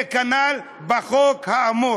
כנ"ל בחוק האמור,